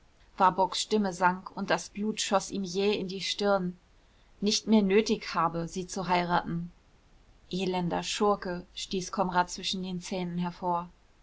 warburgs stimme sank und das blut schoß ihm jäh in die stirn nicht mehr nötig habe sie zu heiraten elender schurke stieß konrad zwischen den zähnen hervor